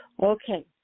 Okay